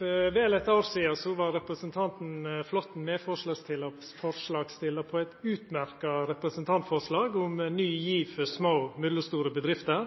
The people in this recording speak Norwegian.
For vel eit år sidan var representanten Flåtten medforslagsstillar til eit utmerkt representantforslag om ein ny giv for små og mellomstore bedrifter.